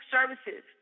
Services